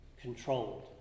controlled